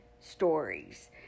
stories